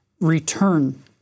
return